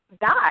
die